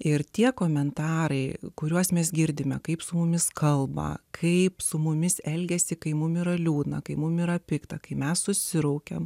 ir tie komentarai kuriuos mes girdime kaip su mumis kalba kaip su mumis elgiasi kai mums yra liūdna kai mums yra pikta kai mes susiraukiame